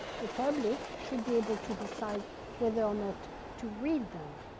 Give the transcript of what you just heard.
the public should be able to decide whether or not to read them.